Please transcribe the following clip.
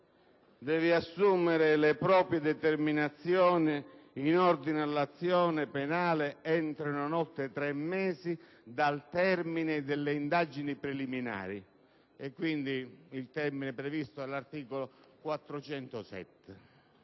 deve assumere le proprie determinazioni in ordine all'azione penale entro e non oltre tre mesi dal termine delle indagini preliminari, quindi il termine previsto dall'articolo 407